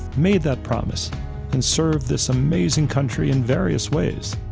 made that promise and serve this amazing country in various ways.